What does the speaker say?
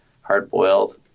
hard-boiled